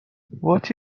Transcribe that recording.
what